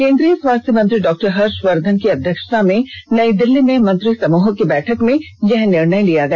केन्द्रीय स्वास्थ्य मंत्री डॉ हर्षवर्धन की अध्यक्षता में नई दिल्ली में मंत्रिसमूह की बैठक में यह निर्णय लिया गया